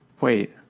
wait